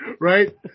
right